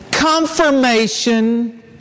Confirmation